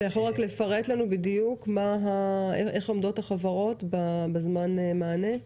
אתה יכול לפרט לנו בדיוק איך עומדות החברות בזמן המענה?